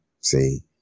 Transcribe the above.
See